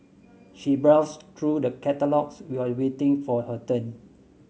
she browsed through the catalogues while waiting for her turn